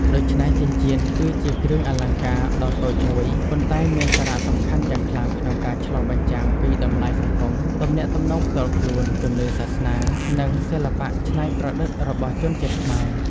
ដូច្នេះ ចិញ្ចៀនគឺជាគ្រឿងអលង្ការដ៏តូចមួយ ប៉ុន្តែមានសារៈសំខាន់យ៉ាងខ្លាំងក្នុងការឆ្លុះបញ្ចាំងពីតម្លៃសង្គម ទំនាក់ទំនងផ្ទាល់ខ្លួន ជំនឿសាសនា និងសិល្បៈច្នៃប្រឌិតរបស់ជនជាតិខ្មែរ។